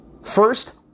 First